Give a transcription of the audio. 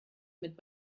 mit